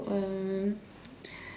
um